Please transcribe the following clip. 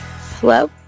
Hello